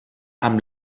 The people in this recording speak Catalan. amb